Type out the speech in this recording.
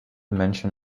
mention